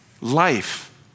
Life